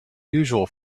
usual